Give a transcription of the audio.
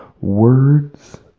Words